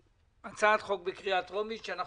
הצעת חוק בקריאה טרומית אותה אנחנו